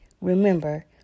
remember